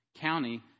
County